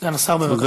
סגן השר, בבקשה.